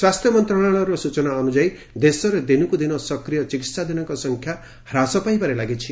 ସ୍ୱାସ୍ଥ୍ୟ ମନ୍ତ୍ରଣାଳୟ ସୂଚନା ଅନୁଯାୟୀ ଦେଶରେ ଦିନକୁ ଦିନ ସକ୍ରିୟ ଚିକିସ୍ଥାଧୀନଙ୍କ ସଂଖ୍ୟା ହ୍ରାସ ପାଇବାରେ ଲାଗିଛି